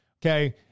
Okay